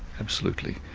absolutely.